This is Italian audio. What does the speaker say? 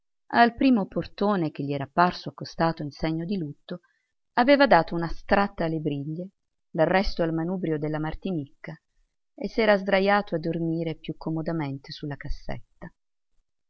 al primo portone che gli era parso accostato in segno di lutto aveva dato una stratta alle briglie l'arresto al manubrio della martinicca e s'era sdrajato a dormire più comodamente su la cassetta